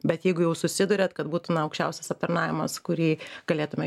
bet jeigu jau susiduriat kad būtų na aukščiausias aptarnavimas kurį galėtume